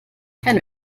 kein